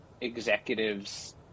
executives